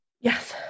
Yes